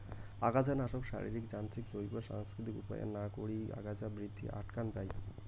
আগাছানাশক, শারীরিক, যান্ত্রিক, জৈব, সাংস্কৃতিক উপায়ত না করি আগাছা বৃদ্ধি আটকান যাই